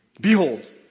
Behold